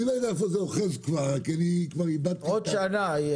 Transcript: אני לא יודע איפה זה אוחז כבר --- עוד שנה יהיה.